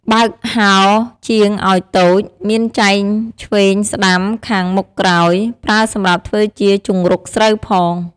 បើកហោជាងឲ្យតូច មានចែងឆ្វេងស្តាំខាងមុខក្រោយ ប្រើសម្រាប់ធ្វើជាជង្រុកស្រូវផង។